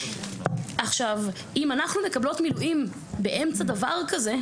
עכשיו אם אנחנו מקבלות מילואים באמצע דבר כזה,